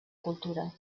cultura